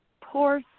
Poor